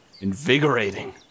invigorating